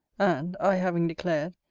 and, i having declared,